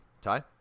Ty